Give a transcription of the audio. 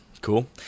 Cool